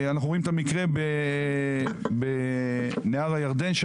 אנחנו רואים את המקרה בנהר הירדן,